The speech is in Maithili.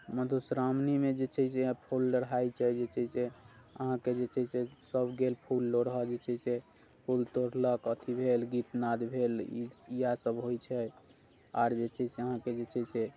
मधुश्रावणीमे जे छै से फूल लोढ़ाइत छै जे से अहाँकेँ जे छै सेसभ गेल फूल लोढ़य जे छै से फूल तोड़लक अथी भेल गीत नाद भेल ई इएहसभ होइत छै आओर जे छै से अहाँकेँ जे छै से